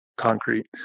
concrete